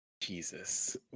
Jesus